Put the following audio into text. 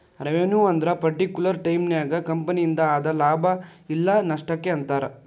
revenue ಅಂದ್ರ particular ಟೈಮನ್ಯಾಗ ಕಂಪನಿಯಿಂದ ಆದ ಲಾಭ ಇಲ್ಲ ನಷ್ಟಕ್ಕ ಅಂತಾರ